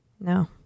No